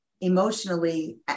emotionally